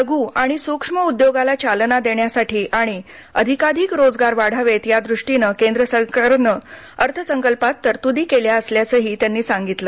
लघू आणि सूक्ष्म उद्योगाला चालना देण्यासाठी आणि अधिकाधिक रोजगार वाढावेत यादृष्टीने केंद्र सरकारनं अर्थसंकल्पात तरतुदी केल्या असल्याचेही त्यांनी सांगितलं